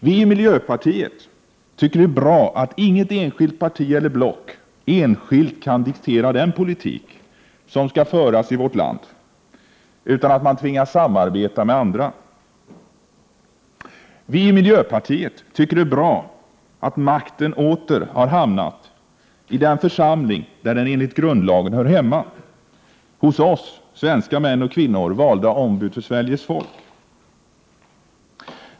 Vi i miljöpartiet tycker det är bra att inget enskilt parti eller block ensidigt kan diktera den politik som skall föras i vårt land, utan att man tvingas samarbeta med andra. Vi i miljöpartiet tycker det är bra att makten åter har hamnat i den församling där den enligt grundlagen hör hemma — hos oss, svenska män och kvinnor, valda ombud för Sveriges folk.